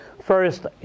first